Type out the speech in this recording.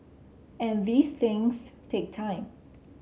and these things take time